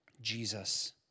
Jesus